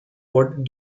wood